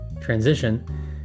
transition